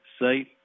safe